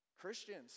Christians